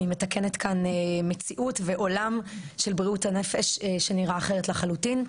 היא מתקנת כאן מציאות ועולם של בריאות הנפש שנראה אחרת לחלוטין,